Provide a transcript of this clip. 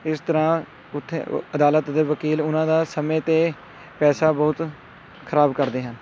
ਇਸ ਤਰ੍ਹਾਂ ਉੱਥੇ ਉ ਅਦਾਲਤ ਦੇ ਵਕੀਲ ਉਹਨਾਂ ਦਾ ਸਮਾਂ ਅਤੇ ਪੈਸਾ ਬਹੁਤ ਖ਼ਰਾਬ ਕਰਦੇ ਹਨ